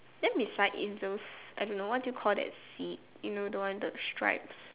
then it's like in those I don't know what do you call that seat you know the one with the stripes